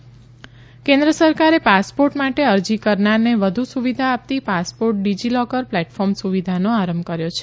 passport DigiLocker કેન્દ્ર સરકારે passport માટે અરજી કરનારને વધુ સુવિધા આપતી પાસપોર્ટ ડીજીલોકર પ્લેટફોર્મ સુવિધાનો આરંભ કર્યો છે